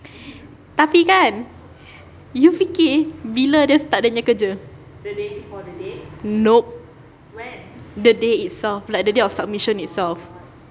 tapi kan you fikir bila dia start dia punya kerja nope the day itself like the day of submission itself